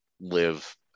live